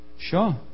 sure